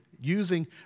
using